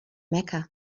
mecca